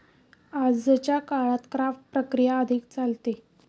आजच्या काळात क्राफ्ट प्रक्रिया अधिक चालते